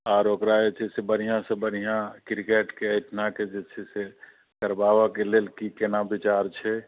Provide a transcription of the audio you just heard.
आर ओकरा जे छै से बढ़िआसँ बढ़िआँ क्रिकेटके एहिठिनाके जे छै से करबावऽ के लेल की केना विचार छै